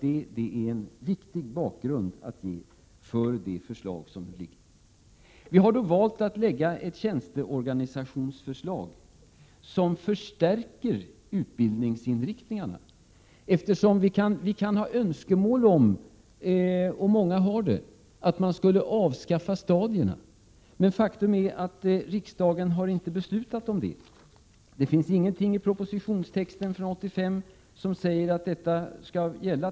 Detta är en viktig bakgrund till det förslag som föreligger. Vi har valt att lägga fram ett tjänsteorganisationsförslag som förstärker utbildningsinriktningarna. Vi kan ha önskemål om — och många har det — att man skulle avskaffa stadierna. Men faktum är att riksdagen inte har fattat 47 något beslut om det. Det finns ingenting i texten i propositionen år 1985 om detta.